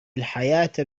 الحياة